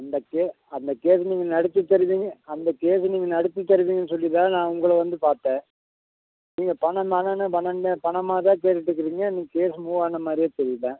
இந்த கே அந்த கேஸ் நீங்கள் நடத்தி தருவீங்க அந்த கேஸ் நீங்கள் நடத்தி தருவீங்கன்னு சொல்லி தான் நான் உங்களை வந்து பார்த்தேன் நீங்கள் பணம் பணமுன்னு பணம் தான் பணமாகவே கேட்டுகிட்டு இருக்கிறீங்க இன்னும் கேஸ் மூவ் ஆன மாதிரியே தெரியல